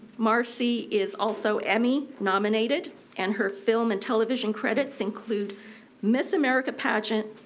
marcy is also emmy nominated and her film and television credits include miss america pageant,